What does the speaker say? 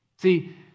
See